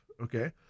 okay